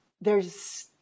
theres